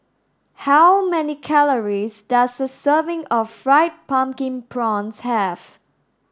how many calories does a serving of fried pumpkin prawns have